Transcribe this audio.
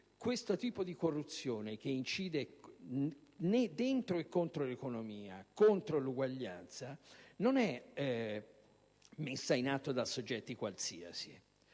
questo tipo di corruzione, che incide dentro e contro l'economia contro l'uguaglianza non è messa in atto da soggetti qualsiasi.